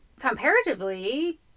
comparatively